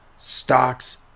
Stocks